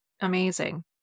Amazing